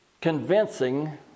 convincing